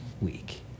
week